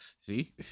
see